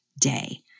day